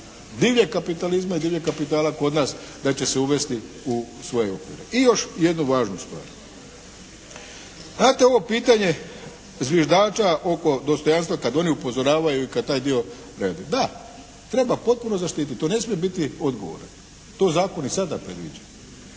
divljeg kapitalizma i divljeg kapitala kod nas da će se uvesti u svoje okvire. I još jednu važnu stvar. Znate ovo pitanje zviždača oko dostojanstva kad oni upozoravaju i kad taj dio vrijedi. Da. Treba potpuno zaštititi. To ne smije biti odgovor. To zakon i sada predviđa,